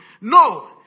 No